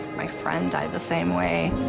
my friend died the same way.